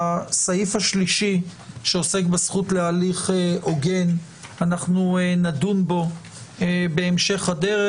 בסעיף השלישי שעוסק בזכות להליך הוגן נדון בהמשך הדרך,